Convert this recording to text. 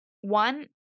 one